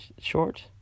Short